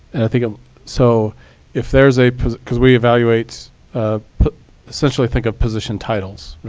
think ah so if there is a because we evaluate essentially think of position titles,